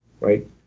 right